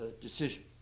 decision